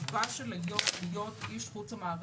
שהחובה של היו"ר להיות איש חוץ המערכת,